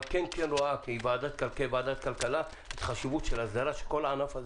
אבל רואה כוועדת כלכלה חשיבות של הסדרה של כל הענף הזה